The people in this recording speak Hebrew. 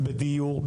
בדיור,